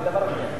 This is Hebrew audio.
זה דבר אחר.